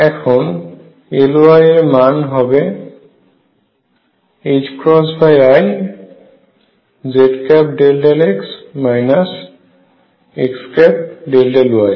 এখন Ly এর মান হবে iz∂x x∂y